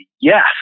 yes